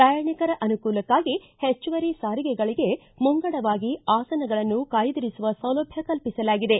ಪ್ರಯಾಣಿಕರ ಅನುಕೂಲಕ್ಕಾಗಿ ಹೆಚ್ಚುವರಿ ಸಾರಿಗೆಗಳಗೆ ಮುಂಗಡವಾಗಿ ಆಸನಗಳನ್ನು ಕಾಯ್ದಿರಿಸುವ ಸೌಲಭ್ಯ ಕಲ್ಪಿಸಲಾಗಿದೆ